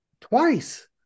twice